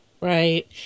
Right